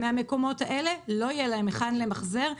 במקומות האלה לא יהיה להם היכן למחזר.